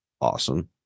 awesome